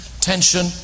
Tension